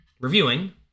reviewing